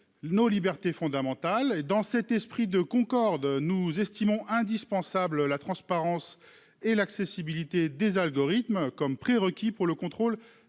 Nos libertés fondamentales et dans cet esprit de Concorde nous estimons indispensable. La transparence et l'accessibilité des algorithmes comme prérequis pour le contrôle